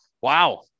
Wow